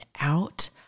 out